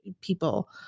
people